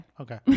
okay